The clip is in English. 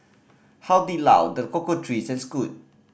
Di Lao The Cocoa Trees and Scoot